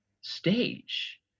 stage